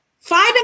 five